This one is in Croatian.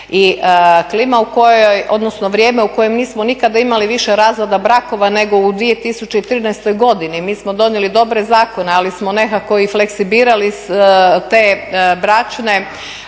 i klima u kojoj, odnosno vrijeme u kojem nismo nikada imali više razvoda brakova nego u 2013. godini. Mi smo donijeli dobre zakone ali smo nekako i … te bračne